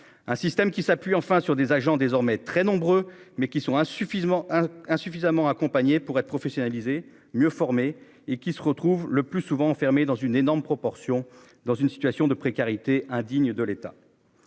Un système qui s'appuie enfin sur des agents désormais très nombreux mais qui sont insuffisamment insuffisamment accompagné pour être professionnalisées mieux formés et qui se retrouve le plus souvent enfermés dans une énorme proportion dans une situation de précarité indignes de l'État.--